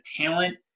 talent